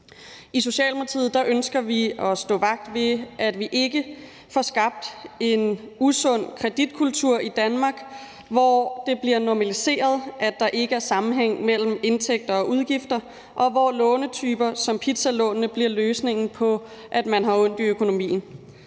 I Socialdemokratiet ønsker vi at stå vagt om, at vi ikke får skabt en usund kreditkultur i Danmark, hvor det bliver normaliseret, at der ikke er sammenhæng mellem indtægter og udgifter, og hvor låntyper som pizzalånene bliver løsningen på, at man har ondt i økonomien.